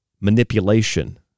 manipulation